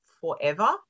forever